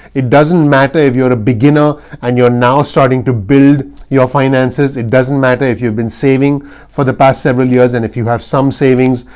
it doesn't matter if you're a beginner and you're now starting to build your finances. it doesn't matter if you've been saving for the past several years and if you have some savings.